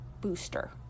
Booster